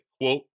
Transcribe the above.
Quote